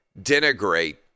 denigrate